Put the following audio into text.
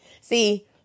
See